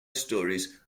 stories